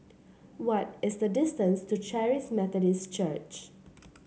what is the distance to Charis Methodist Church